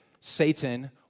Satan